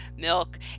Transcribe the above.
milk